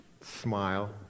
smile